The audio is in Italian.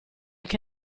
che